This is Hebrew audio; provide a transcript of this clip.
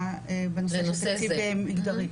מלמטה.